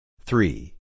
Three